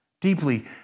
deeply